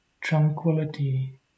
tranquility